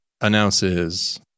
announces